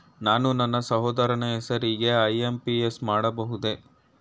ನಾನು ನನ್ನ ಸಹೋದರನ ಹೆಸರಿಗೆ ಐ.ಎಂ.ಪಿ.ಎಸ್ ಮಾಡಬಹುದೇ?